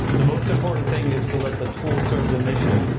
the most important thing is to let the tools serve the mission,